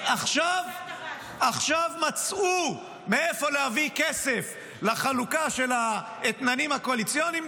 אז עכשיו מצאו מאיפה להביא כסף לחלוקה של האתננים הקואליציוניים,